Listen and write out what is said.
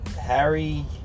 Harry